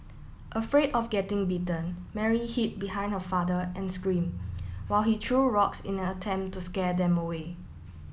afraid of getting bitten Mary hid behind her father and scream while he true rocks in an attempt to scare them away